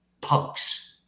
punks